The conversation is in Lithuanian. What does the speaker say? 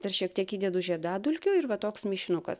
dar šiek tiek įdedu žiedadulkių ir va toks mišinukas